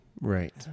Right